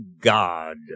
God